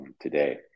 today